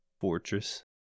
fortress